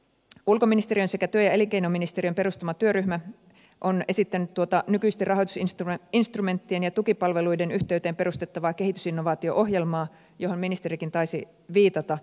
ulkoministeriön sekä työ ja elinkeinoministeriön perustama työryhmä on esittänyt tuota nykyisten rahoitusinstrumenttien ja tukipalveluiden yhteyteen perustettavaa kehitysinnovaatio ohjelmaa johon ministerikin taisi viitata